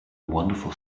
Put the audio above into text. wonderful